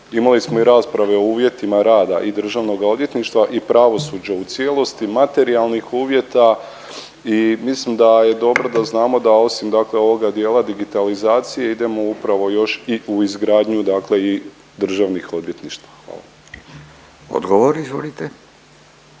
imali smo i rasprave o uvjetima rada i državnoga odvjetništva i pravosuđa u cijelosti, materijalnih uvjeta i mislim da je dobro da znamo da osim dakle ovoga dijela digitalizacije idemo upravo još i u izgradnju dakle i državnih odvjetništava. Hvala.